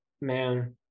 man